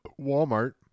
Walmart